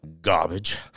garbage